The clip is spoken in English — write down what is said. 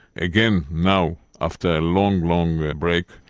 again now after a long, long break,